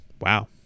Wow